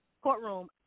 courtroom